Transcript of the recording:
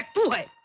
boy